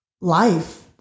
life